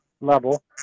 level